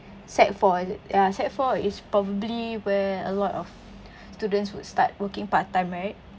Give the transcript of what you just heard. sec four is it ya sec four is probably where a lot of students would start working part-time right